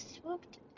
swooped